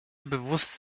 bewusst